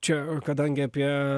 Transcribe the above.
čia kadangi apie